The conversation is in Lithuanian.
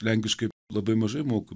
lenkiškai labai mažai moku